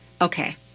Okay